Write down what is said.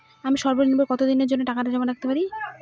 আমি সর্বনিম্ন কতদিনের জন্য টাকা জমা রাখতে পারি?